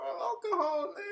alcohol